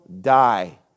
die